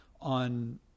on